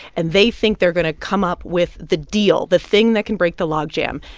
and they think they're going to come up with the deal, the thing that can break the logjam.